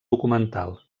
documental